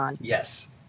Yes